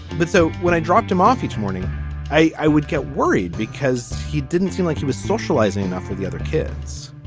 but so when i dropped him off each morning i would get worried because he didn't seem like he was socializing enough with the other kids.